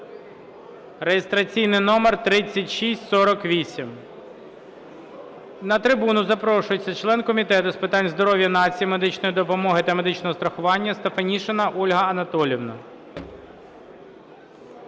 (реєстраційний номер 3648). На трибуну запрошується член Комітету з питань здоров'я нації, медичної допомоги та медичного страхування Стефанишина Ольга Анатоліївна.